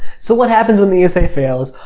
so what happens when the esa fails,